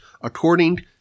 according